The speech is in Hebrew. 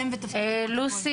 אני לוסי